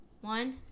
One